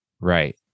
right